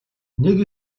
нэг